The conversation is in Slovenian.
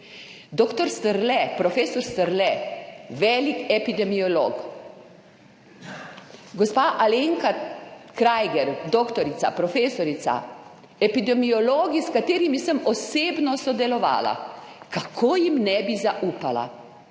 Dr. Strle, prof. Strle, velik epidemiolog, gospa Alenka Kraigher, doktorica, profesorica, epidemiologi, s katerimi sem osebno sodelovala, kako jim ne bi zaupala?